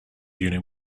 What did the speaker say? union